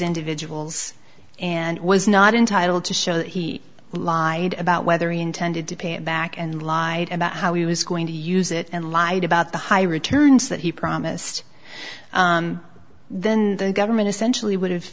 individuals and was not entitle to show that he lied about whether he intended to pay it back and lied about how he was going to use it and lied about the high returns that he promised then the government essentially would have